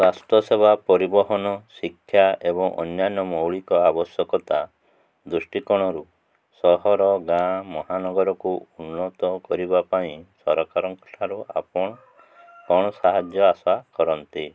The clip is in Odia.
ସ୍ୱାସ୍ଥ୍ୟ ସେବା ପରିବହନ ଶିକ୍ଷା ଏବଂ ଅନ୍ୟାନ୍ୟ ମୌଳିକ ଆବଶ୍ୟକତା ଦୃଷ୍ଟିକୋଣରୁ ସହର ଗାଁ ମହାନଗରକୁ ଉନ୍ନତ କରିବା ପାଇଁ ସରକାରଙ୍କଠାରୁ ଆପଣ କ'ଣ ସାହାଯ୍ୟ ଆଶା କରନ୍ତି